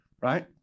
right